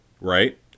right